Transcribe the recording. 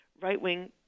right-wing